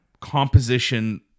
composition